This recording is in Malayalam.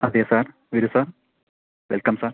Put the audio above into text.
അതെ സാർ വരു സാർ വെൽക്കം സാർ